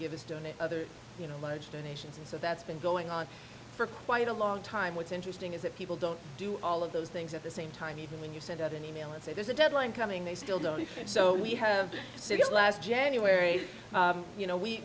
give us donate other you know much donations and so that's been going on for quite a long time what's interesting is that people don't do all of those things at the same time even when you send out an e mail and say there's a deadline coming they still don't know and so we have to say that last january you know we